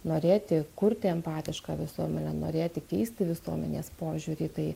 norėti kurti empatišką visuomenę norėti keisti visuomenės požiūrį į tai